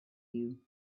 you